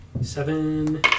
Seven